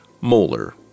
molar